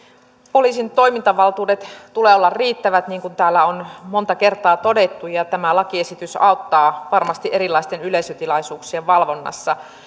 poliisin toimintavaltuuksien tulee olla riittävät niin kuin täällä on monta kertaa todettu ja tämä lakiesitys auttaa varmasti erilaisten yleisötilaisuuksien valvonnassa